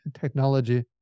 technology